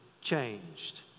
changed